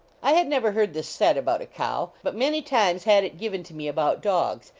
i had never heard this said about a cow, but many times had it given to me about dogs,